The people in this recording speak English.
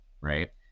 right